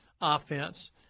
offense